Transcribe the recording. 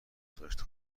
گذاشت